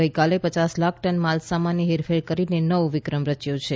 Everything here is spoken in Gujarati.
ગઈકાલે પયાસ લાખ ટન માલસામાનની હેરફેર કરીને નવો વિક્રમ રચાયો છે